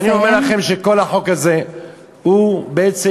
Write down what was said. אני אומר לכם שכל החוק הזה הוא בעצם